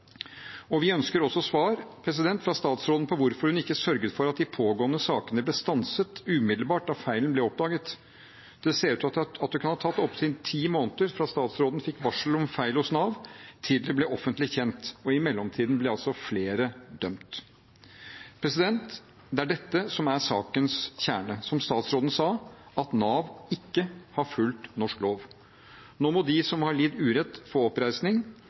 Vi ønsker også svar fra statsråden på hvorfor hun ikke sørget for at de pågående sakene ble stanset umiddelbart da feilen ble oppdaget. Det ser ut til at det kan ha tatt opptil ti måneder fra statsråden fikk varsel om feil hos Nav, til det ble offentlig kjent – og i mellomtiden ble altså flere dømt. Det er dette som er sakens kjerne, som statsråden sa: at Nav ikke har fulgt norsk lov. Nå må de som har lidd urett, få oppreisning.